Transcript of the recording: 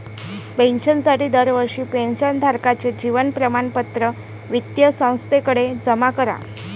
पेन्शनसाठी दरवर्षी पेन्शन धारकाचे जीवन प्रमाणपत्र वित्तीय संस्थेकडे जमा करा